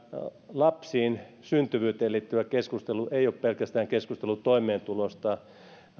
lapsiin syntyvyyteen liittyvä keskustelu ei ole pelkästään keskustelua toimeentulosta